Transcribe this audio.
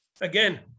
again